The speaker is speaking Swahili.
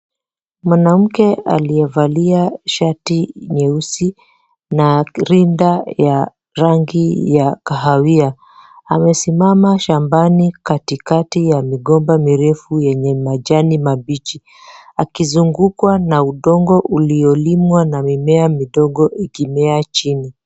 Mwanamke aliyevalia shati nyeusi na rinda ya rangi ya kahawia amesimama shambani katikati ya migomba mirefu yenye majani mabichi akizungukwa na udongo uliolimwa na mimea midogo ikimea chini.